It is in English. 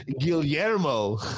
Guillermo